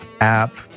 app